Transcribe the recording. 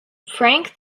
frank